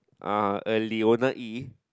uh a Leona E